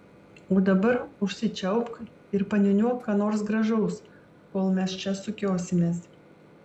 o dabar užsičiaupk ir paniūniuok ką nors gražaus kol mes čia sukiosimės